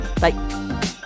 Bye